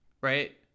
right